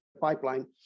pipeline